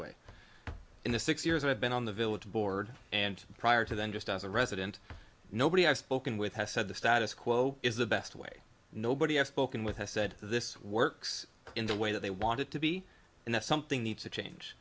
way in the six years i've been on the village board and prior to then just as a resident nobody i've spoken with has said the status quo is the best way nobody has spoken with has said this works in the way that they want it to be and that something needs to change